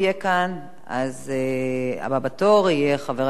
אז הבא בתור יהיה חבר הכנסת מיכאל בן-ארי.